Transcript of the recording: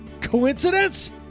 Coincidence